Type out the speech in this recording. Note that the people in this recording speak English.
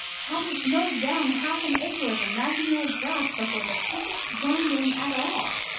hadn't mowed down half an acre of imaginary grass before the cricket joined in at all!